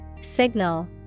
Signal